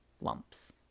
lumps